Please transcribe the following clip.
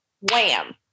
wham